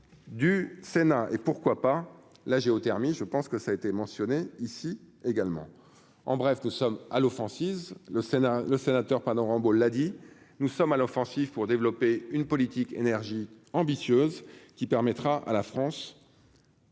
du Sénat et, pourquoi pas, la géothermie, je pense que ça a été mentionné ici également, en bref, nous sommes à l'offensive, le Sénat, le sénateur pardon, Rambaud a dit : nous sommes à l'offensive pour développer une politique énergie ambitieuse qui permettra à la France.